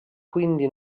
quindi